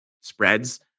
spreads